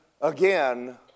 again